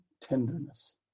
tenderness